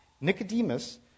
Nicodemus